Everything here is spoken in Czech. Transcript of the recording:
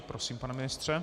Prosím, pane ministře.